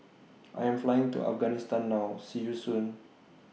I Am Flying to Afghanistan now See YOU Soon